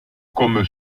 comme